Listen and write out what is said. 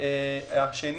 השני,